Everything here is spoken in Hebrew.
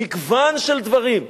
מגוון של דברים.